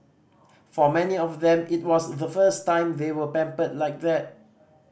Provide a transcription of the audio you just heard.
for many of them it was the first time they were pampered like that